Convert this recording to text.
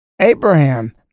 Abraham